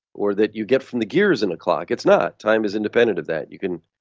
or that you get from the gears in a clock. it's not. time is independent of that. you can,